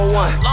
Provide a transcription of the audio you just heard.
one